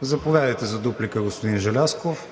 Заповядайте за дуплика, господин Желязков.